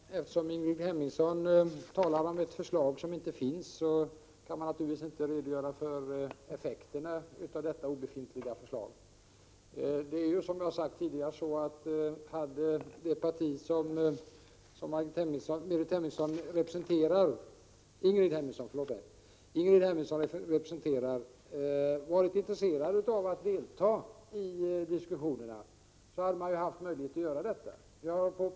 Herr talman! Eftersom Ingrid Hemmingsson talar om ett förslag som inte finns, kan jag naturligtvis inte redogöra för effekterna av detta obefintliga förslag. Som jag sagt tidigare, hade det parti som Ingrid Hemmingsson represente = Prot. 1987/88:33 rar varit intresserat av att delta i diskussionerna, hade man haft möjlighet att 27 november 1987 göra detta.